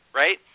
right